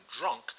drunk